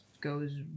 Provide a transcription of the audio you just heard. goes